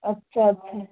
अच्छा अच्छा